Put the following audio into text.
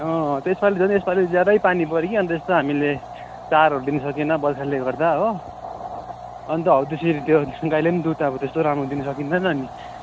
अँ त यसपाली झन् यसपाली ज्यादै पानी पर्यो कि अन्त त्यस्तो हामीले चारोहरू दिनु सकेन बर्खाले गर्दा हो अन्त हो त्यसरी त्यो गाईले पनि दुध त्यस्तो राम्रो दिनु सकिँदैन नि